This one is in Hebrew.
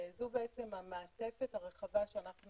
זו המעטפת הרחבה שאנו